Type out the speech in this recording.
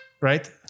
right